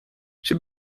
sir